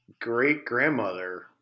great-grandmother